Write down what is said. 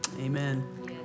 Amen